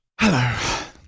Hello